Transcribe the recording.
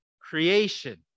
creation